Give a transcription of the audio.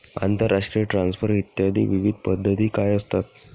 आंतरराष्ट्रीय ट्रान्सफर इत्यादी विविध पद्धती काय असतात?